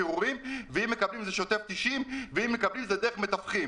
פירורים וזה שוטף 90 וזה דרך מתווכים.